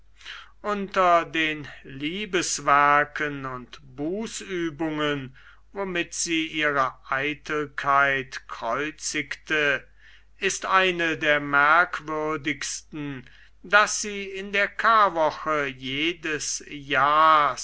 unter den liebeswerken und bußübungen womit sie ihre eitelkeit kreuzigte ist eine der merkwürdigsten daß sie in der charwoche jedes jahrs